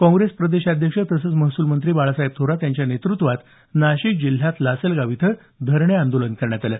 काँग्रेस प्रदेशाध्यक्ष तसंच महसूल मंत्री बाळासाहेब थोरात यांच्या नेतृत्वात नाशिक जिल्ह्यात लासलगाव इथं धरणे आंदोलन करण्यात आलं